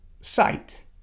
sight